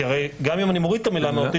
כי הרי גם אם אני מוריד את המילה "מהותי"